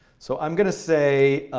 so i'm going to say